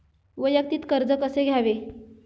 वैयक्तिक कर्ज कसे घ्यावे?